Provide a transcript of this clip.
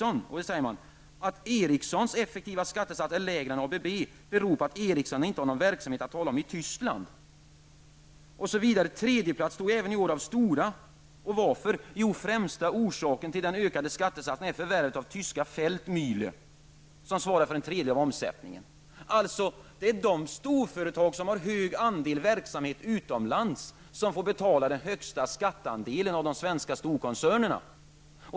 Veckans Affärer framhåller att anledningen till att Ericssons effektiva skattesats är lägre än ABBs är att Ericsson inte har någon verksamhet att tala om i Tyskland. Tredjeplatsen togs även i år av Stora, och den främsta orsaken till dess ökade skattesats är förvärvet av tyska Feldmühle, som svarar för en tredjedel av omsättningen. Det är alltså de storföretag som har hög andel verksamhet utomlands som får betala den högsta skatteandelen bland de svenska storkoncernerna.